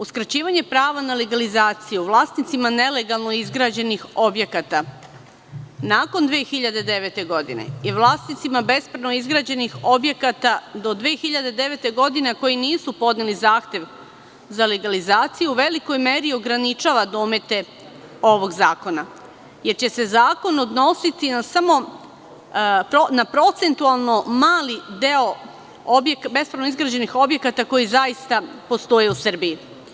Uskraćivanje prava na legalizaciju vlasnicima nelegalno izgrađenih objekata, nakon 2009. godine je vlasnicima bespravno izgrađenih objekata do 2009. godine koji nisu podneli zahtev za legalizaciju u velikoj meri ograničava domete ovog zakona, jer će se zakon odnositi samo na procentualno mali deo bespravno izgrađenih objekata koji zaista postoje u Srbiji.